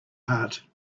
heart